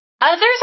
Others